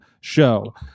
Show